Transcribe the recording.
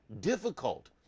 difficult